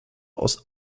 aus